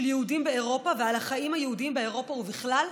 יהודים באירופה ועל החיים היהודים באירופה ובכלל.